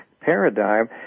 paradigm